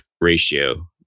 ratio